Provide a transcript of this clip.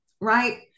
right